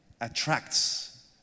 attracts